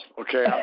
okay